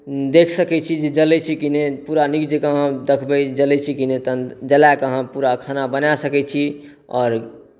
देख सकैत छी जे जड़ैत छै कि नहि पूरा नीक जकाँ अहाँ देखबै जड़ैत छै कि नहि तहन जलाए कऽ अहाँ पूरा खाना बनाए सकैत छी आओर